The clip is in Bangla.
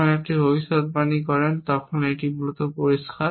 যখন এটি ভবিষ্যদ্বাণী করে তখন এটি মূলত পরিষ্কার